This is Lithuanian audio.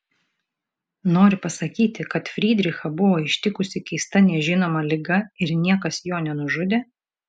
nori pasakyti kad frydrichą buvo ištikusi keista nežinoma liga ir niekas jo nenužudė